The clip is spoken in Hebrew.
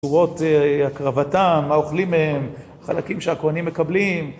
תיאורות הקרבתם, מה אוכלים מהם, חלקים שהכוהנים מקבלים.